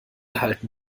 halten